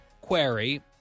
query